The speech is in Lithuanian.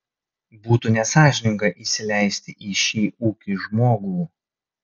būtų nesąžininga įsileisti į šį ūkį žmogų